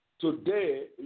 Today